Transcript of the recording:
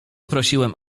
prosiłem